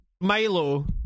Milo